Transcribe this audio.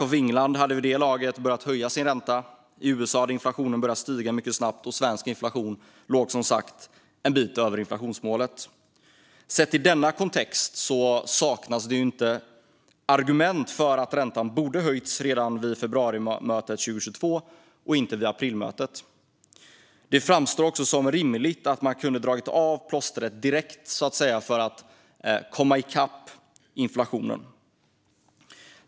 Bank of England hade vid det laget börjat höja sin ränta, i USA hade inflationen börjat stiga mycket snabbt och svensk inflation låg som sagt en bit över inflationsmålet. Sett i denna kontext saknas det inte argument för att räntan borde ha höjts redan vid februarimötet 2022 och inte vid aprilmötet. Det framstår också som rimligt att man kunde ha dragit av plåstret direkt genom en dubbelhöjning för att komma i kapp inflationen.